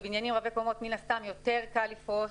בבניינים רבי קומות מן הסתם יותר קל לפרוס.